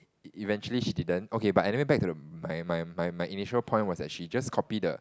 eventually she didn't okay but anyway back to the my my my my initially point was that she just copy the